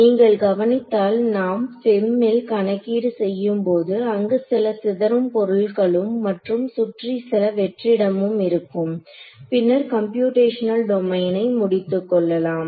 நீங்கள் கவனித்தால் நாம் FEM ல் கணக்கீடு செய்யும் போது அங்கு சில சிதறும் பொருள்களும் மற்றும் சுற்றி சில வெற்றிடமும் இருக்கும் பின்னர் கம்ப்யுடேஷனல் டொமைனை முடித்துக்கொள்ளலாம்